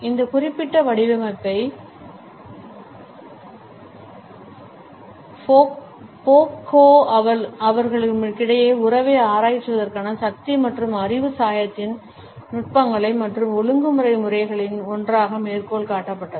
இந்த குறிப்பிட்ட வடிவமைப்பை ஃபோக்கோ அவர்களுக்கிடையிலான உறவை ஆராய்வதற்கான சக்தி மற்றும் அறிவு சாயத்தின் நுட்பங்கள் மற்றும் ஒழுங்குமுறை முறைகளில் ஒன்றாக மேற்கோள் காட்டப்பட்டது